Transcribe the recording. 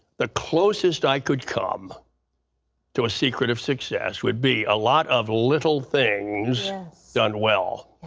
the closest i could come to a secret of success would be a lot of little things done well.